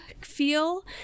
feel